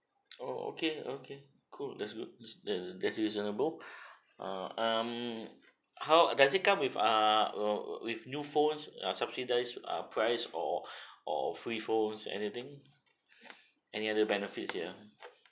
oh okay okay cool that's good that that's reasonable uh um how does it come with ah uh uh with new phones ah subsidies ah price or or free phones anything any other benefits here